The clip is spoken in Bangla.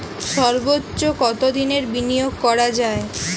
সর্বোচ্চ কতোদিনের বিনিয়োগ করা যায়?